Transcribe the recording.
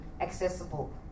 accessible